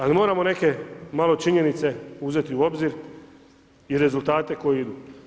Ali moramo neke malo činjenice uzeti u obzir i rezultate koji idu.